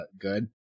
good